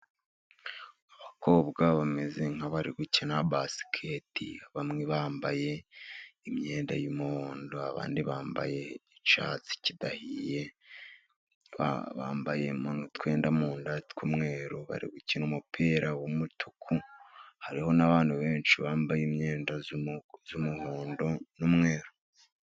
Abakobwa bameze nk’abari gukina basiketi. Bamwe bambaye imyenda y’umuhondo, abandi bambaye icyatsi kidahiye, bambayemo n'utwenda mu nda tw’umweru. Barimo gukina umupira w’umutuku. Hariho n’abantu benshi bambaye imyenda y’umuhondo n’umweru.